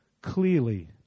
clearly